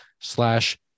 slash